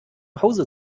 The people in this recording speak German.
hause